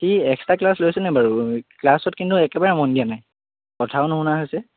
সি extra class লৈছেনে বাৰু ক্লাছত কিন্তু একেবাৰে মন দিয়া নাই কথাও নুশুনা হৈছে